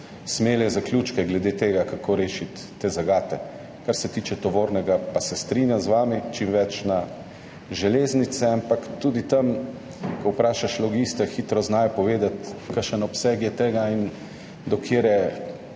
smele zaključke glede tega, kako rešiti te zagate. Kar se tiče tovornega, se pa strinjam z vami, čim več na železnice. Ampak tudi tam, ko vprašaš logiste, znajo hitro povedati, kakšen obseg tega je in